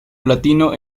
platino